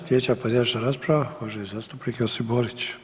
Sljedeća pojedinačna rasprava uvaženi zastupnik Josip Borić.